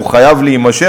והוא חייב להימשך,